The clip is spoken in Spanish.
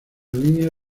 línea